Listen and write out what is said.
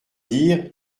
dire